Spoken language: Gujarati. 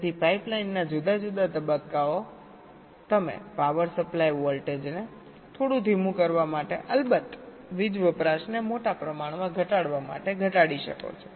તેથી પાઇપલાઇન ના જુદા જુદા તબક્કાઓ તમે પાવર સપ્લાય વોલ્ટેજને થોડું ધીમું કરવા માટે અને અલબત્ત વીજ વપરાશને મોટા પ્રમાણમાં ઘટાડવા માટે ઘટાડી શકો છો